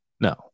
no